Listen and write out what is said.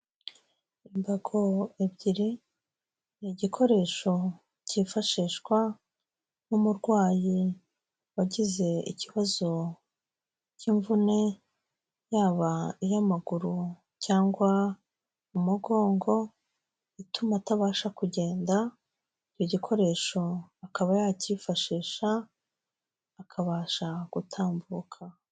Imbago ebyiri, ni igikoresho cyifashishwa nk'umurwayi wagize ikibazo cy'imvune, yaba iy'amaguru cyangwa umugongo, ituma atabasha kugenda, icyo gikoresho akaba yakiyifashisha, akabasha gutambuka.